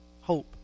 hope